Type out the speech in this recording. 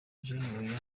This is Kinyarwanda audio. jay